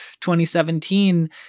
2017